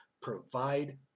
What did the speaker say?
provide